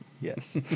Yes